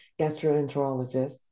gastroenterologist